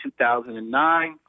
2009